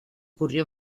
ocurrió